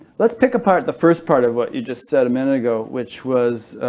let's pick apart the first part of what you just said a minute ago which was,